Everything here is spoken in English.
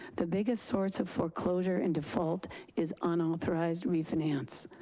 the biggest source of foreclosure and default is unauthorized refinance.